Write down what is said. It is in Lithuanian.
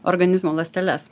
organizmo ląsteles